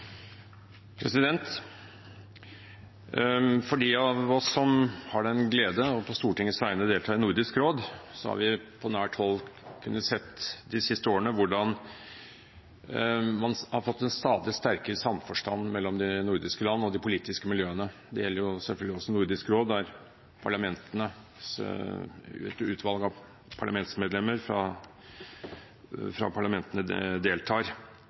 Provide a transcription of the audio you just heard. av oss som har den glede på Stortingets vegne å delta i Nordisk råd, har på nært hold de siste årene kunnet se hvordan man har fått en stadig sterkere samforstand de nordiske land og de politiske miljøene imellom. Det gjelder selvfølgelig også Nordisk råd, der et utvalg av parlamentsmedlemmer